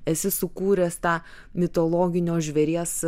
esi sukūręs tą mitologinio žvėries